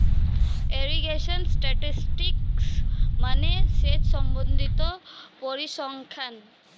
irrigation statistics মানে সেচ সম্বন্ধিত পরিসংখ্যান